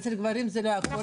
אצל גברים זה לא היה קורה,